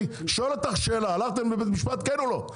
אני שואל אותך שאלה, הלכתם לבית משפט, כן או לא?